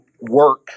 work